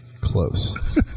Close